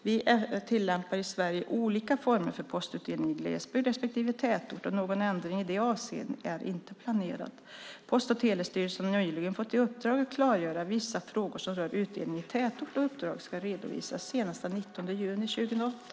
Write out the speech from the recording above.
Vi tillämpar i Sverige olika former för postutdelning i glesbygd respektive tätort. Någon ändring i det avseendet är inte planerad. Post och telestyrelsen har nyligen fått i uppdrag att klargöra vissa frågor som rör utdelning i tätort. Uppdraget ska redovisas senast den 19 juni 2008.